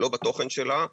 לא בתוכן שלה,